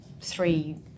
three